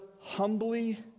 humbly